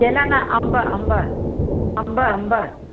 केला न अंब अंब अंब अंब